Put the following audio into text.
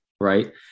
right